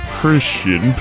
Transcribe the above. Christian